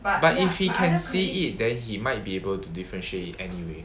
but if he can see it then he might be able to differentiate anyway